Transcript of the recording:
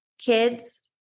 kids